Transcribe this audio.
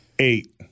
Eight